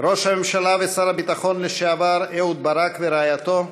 ראש הממשלה ושר הביטחון לשעבר אהוד ברק ורעייתו,